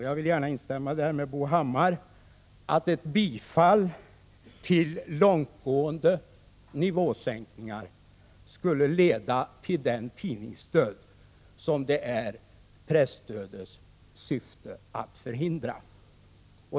Jag vill gärna instämma med Bo Hammar om att ett bifall till långtgående nivåsänkningar skulle leda till den tidningsdöd som det är presstödets syfte att förhindra.